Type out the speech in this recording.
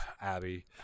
Abby